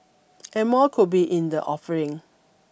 and more could be in the offering